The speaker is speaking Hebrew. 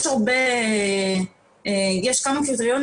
מערכת הבריאות הפלשתינית היא אחת.